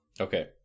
Okay